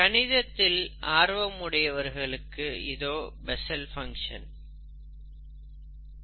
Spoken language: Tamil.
கணிதத்தில் ஆர்வம் உடையவர்களுக்கு இதோ பெஷல் ஃபங்ஷன் Bessel's function